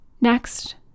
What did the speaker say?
Next